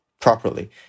properly